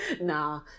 nah